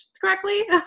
correctly